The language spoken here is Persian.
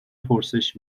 پرسش